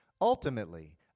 Ultimately